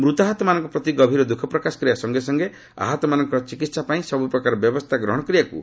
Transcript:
ମୃତାହତମାନଙ୍କ ପ୍ରତି ଗଭୀର ଦୁଃଖପ୍ରକାଶ କରିବା ସଙ୍ଗେ ସଙ୍ଗେ ଆହତମାନଙ୍କର ଚିକିତ୍ସା ପାଇଁ ସବୁପ୍ରକାର ବ୍ୟବସ୍ଥା ଗ୍ରହଣ କରିବାକୁ ସେ ନିର୍ଦ୍ଦେଶ ଦେଇଛନ୍ତି